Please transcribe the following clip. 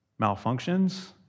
malfunctions